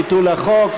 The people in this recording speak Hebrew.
ביטול החוק),